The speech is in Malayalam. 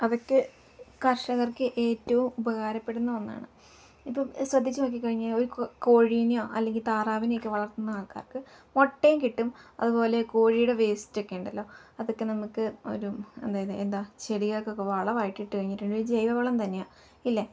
അതൊക്കെ കർഷകർക്ക് ഏറ്റവും ഉപകാരപ്പെടുന്ന ഒന്നാണ് ഇപ്പം ശ്രദ്ധിച്ചു നോക്കി കഴിഞ്ഞാൽ ഒരു കൊ കോഴിയിനെയോ അല്ലെങ്കിൽ താറാവിനെയൊക്കെ വളർത്തുന്ന ആൾക്കാർക്ക് മുട്ടയും കിട്ടും അതു പോലെ കോഴിയുടെ വേസ്റ്റൊക്കെ ഉണ്ടല്ലോ അതൊക്കെ നമുക്ക് ഒരു അതായത് എന്താ ചെടികൾക്കൊക്കെ വളമായിട്ടിട്ടു കഴിഞ്ഞിട്ടുണ്ട് ഒരു ജൈവ വളം തന്നെയാണ് ഇല്ലേ